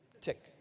tick